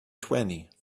twenty